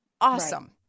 awesome